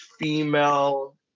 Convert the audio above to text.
female